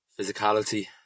physicality